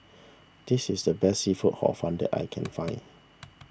this is the best Seafood Hor Fun that I can find